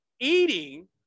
Eating